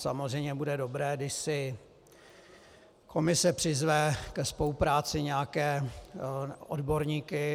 Samozřejmě bude dobré, když si komise přizve ke spolupráci nějaké odborníky.